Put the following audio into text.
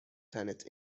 تنت